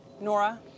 Nora